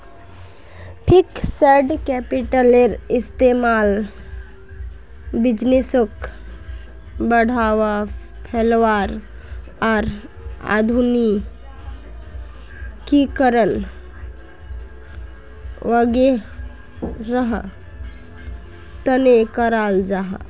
fixed कैपिटलेर इस्तेमाल बिज़नेसोक बढ़ावा, फैलावार आर आधुनिकीकरण वागैरहर तने कराल जाहा